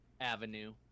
avenue